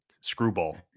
screwball